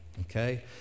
okay